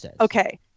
Okay